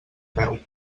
peu